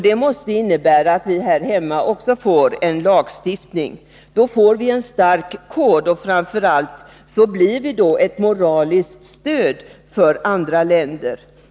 Det måste innebära att vi också här hemma får en lagstiftning. Därmed får vi en stark kod, och framför allt blir vi ett moraliskt stöd för andra länder.